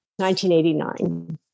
1989